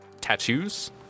tattoos